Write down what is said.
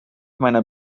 meiner